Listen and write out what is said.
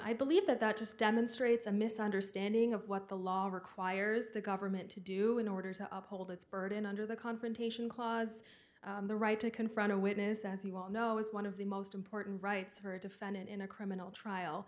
i believe that that just demonstrates a misunderstanding of what the law requires the government to do in order to uphold its burden under the confrontation clause the right to confront a witness as you well know is one of the most important rights for a defendant in a criminal trial